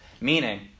meaning